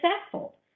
successful